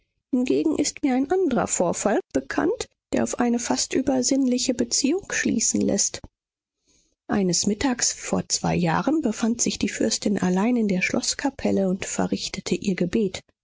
hingegen ist mir ein andrer vorfall bekannt der auf eine fast übersinnliche beziehung schließen läßt eines mittags vor zwei jahren befand sich die fürstin allein in der schloßkapelle und verrichtete ihr gebet